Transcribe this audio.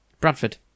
bradford